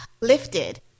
lifted